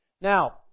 Now